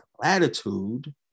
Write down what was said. latitude